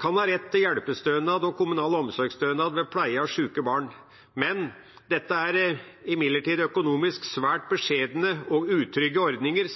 kan ha rett til hjelpestønad og kommunal omsorgsstønad ved pleie av syke barn. Dette er imidlertid økonomisk svært beskjedne og utrygge ordninger